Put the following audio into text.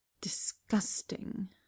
Disgusting